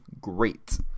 great